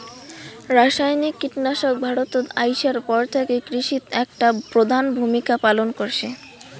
রাসায়নিক কীটনাশক ভারতত আইসার পর থাকি কৃষিত একটা প্রধান ভূমিকা পালন করসে